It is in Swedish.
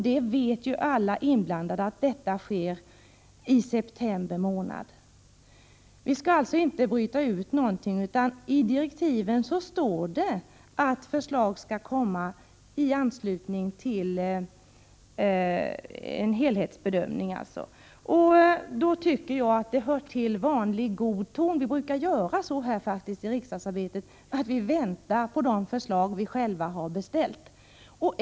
Samtliga inblandade vet att detta sker i september månad. Vi skall således inte bryta ut någon del, utan det står i direktiven att förslag skall komma i anslutning till en helhetsbedömning. Det hör till vanlig god ton att i riksdagsarbetet att vänta på de förslag vi själva har bestämt.